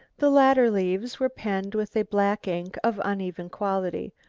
the later leaves were penned with a black ink of uneven quality,